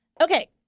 Okay